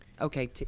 Okay